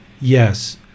Yes